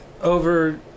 over